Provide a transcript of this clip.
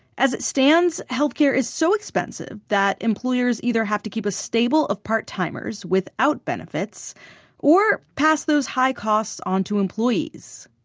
as it stands, health care is so expensive that employers either have to keep a stable of part-timers without benefits or pass those high costs onto employees.